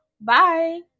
bye